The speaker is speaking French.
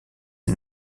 est